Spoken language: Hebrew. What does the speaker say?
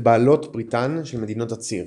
בריתן של מדינות הציר.